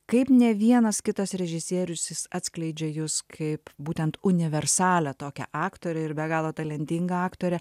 kaip ne vienas kitas režisierius jis atskleidžia jus kaip būtent universalią tokią aktorę ir be galo talentingą aktorę